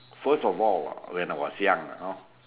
first of all when I was young you know